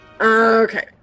Okay